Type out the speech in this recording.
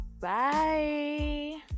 bye